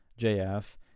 JF